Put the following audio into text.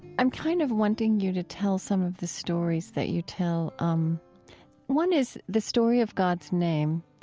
i'm kind of wanting you to tell some of the stories that you tell. um one is the story of god's name,